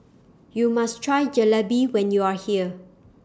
YOU must Try Jalebi when YOU Are here